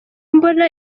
mbona